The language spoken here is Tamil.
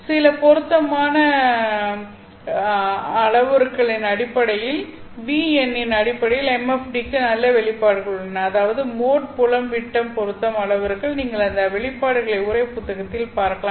சில பொருத்தப்பட்ட அளவுருவின் அடிப்படையில் V எண்ணின் அடிப்படையில் MFD க்கு நல்ல வெளிப்பாடுகள் உள்ளன அதாவது மோட் புலம் விட்டம் பொருத்தும் அளவுருக்கள் நீங்கள் அந்த வெளிப்பாடுகளை உரை புத்தகத்தில் பார்க்கலாம்